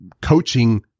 coaching